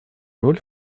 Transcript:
роль